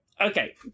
okay